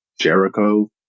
Jericho